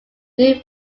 new